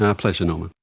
and pleasure, norman.